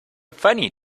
funny